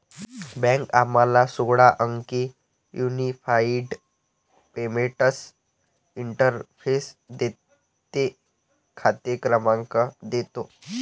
bank आम्हाला सोळा अंकी युनिफाइड पेमेंट्स इंटरफेस देते, खाते क्रमांक देतो